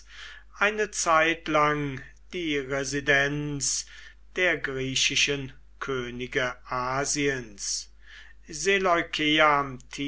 eine zeit lang die residenz der griechischen könige asiens